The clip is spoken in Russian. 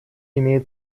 имеет